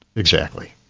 exactly.